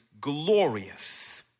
glorious